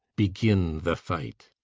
begin the fight.